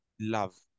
love